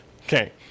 Okay